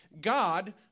God